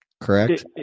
correct